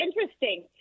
interesting